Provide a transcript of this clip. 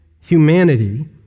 humanity